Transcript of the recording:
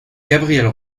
gabrielle